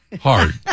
hard